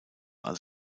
als